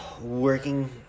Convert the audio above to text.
working